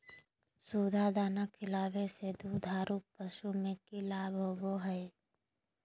सुधा दाना खिलावे से दुधारू पशु में कि लाभ होबो हय?